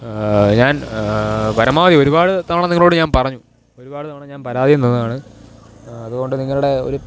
ഞാന് പരമാവധി ഒരുപാട് തവണ നിങ്ങളോട് ഞാന് പറഞ്ഞു ഒരുപാട് തവണ ഞാന് പരാതിയും തന്നതാണ് അതുകൊണ്ട് നിങ്ങളുടെ ഒരു